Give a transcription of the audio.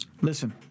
Listen